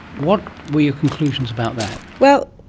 what were your conclusions about that? well,